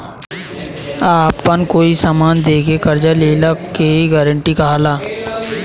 आपन कोई समान दे के कर्जा लेला के गारंटी कहला